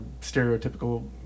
stereotypical